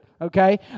okay